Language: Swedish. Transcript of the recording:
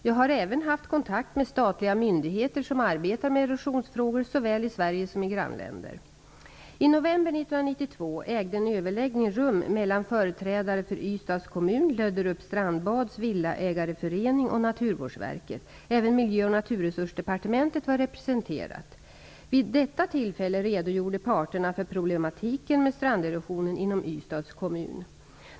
Jag har även haft kontakt med statliga myndigheter som arbetar med erosionsfrågor, såväl i Sverige som i grannländer. I november 1992 ägde en överläggning rum mellan företrädare för Ystads kommun, Löderups strandbads villaägareförening och Naturvårdsverket. Även Miljö och naturresursdepartementet var representerat. Vid detta tillfälle redogjorde parterna för problematiken med stranderosionen inom Ystads kommun.